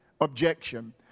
objection